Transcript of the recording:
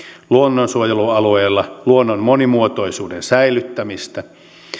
luonnonsuojelualueilla luonnon monimuotoisuuden säilyttämistä